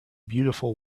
beautiful